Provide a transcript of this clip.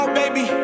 baby